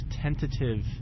tentative